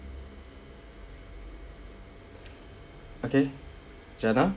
okay jannah